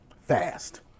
fast